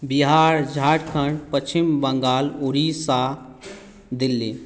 Bihar Jharkhand Paschim Bangal Orissa Delhi